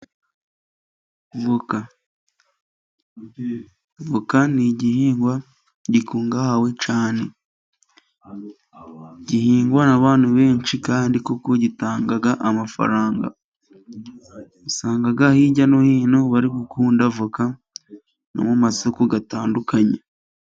Voka voka ni igihingwa gikungahawe cyane, gihingwa abantu benshi kandi kuko gitanga amafaranga, usanga hirya no hino bari gukunda voka, no mu masoko atandukanye.